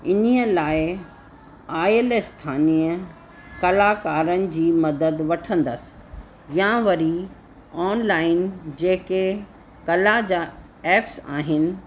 इन लाइ आयल स्थानिय कलाकारनि जी मदद वठंदसि या वरी ऑनलाइन जेके कला जा ऐप्स आहिनि